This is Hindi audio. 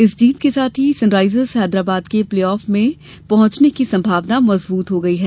इस जीत के साथ ही सनराइजर्स हैदराबाद के प्ले ऑफ दौर में पहुंचने की संभावना मजबूत हो गई है